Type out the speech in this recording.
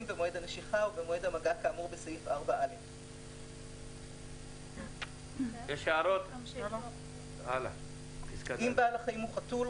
במועד הנשיכה או במועד המגע כאמור בסעיף 4א. אם בעל החיים הוא חתול,